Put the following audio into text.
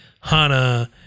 Hana